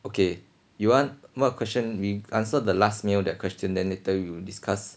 okay you want what question we answer the last meal that question then later you discuss